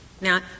Now